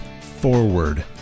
Forward